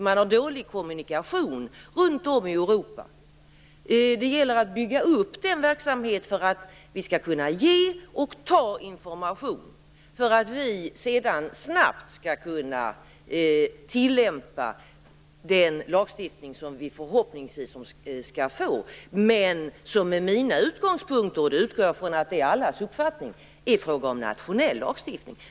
Man har dålig kommunikation med varandra runt om i Det gäller att bygga upp den här verksamheten för att vi skall kunna ge och ta information och snabbt tillämpa den lagstiftning som vi förhoppningsvis skall få. Jag anser från mina utgångspunkter - och jag utgår från att det är allas uppfattning - att det skall vara fråga om en nationell lagstiftning.